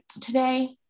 today